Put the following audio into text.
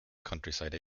countryside